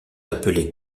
appelées